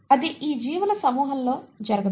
అది ఈ జీవుల సమూహంలో ఇది జరగదు